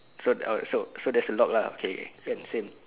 so oh so so there's a lock lah okay K can same